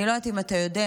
אני לא יודעת אם אתה יודע,